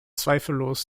zweifellos